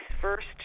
first